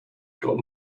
got